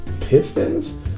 Pistons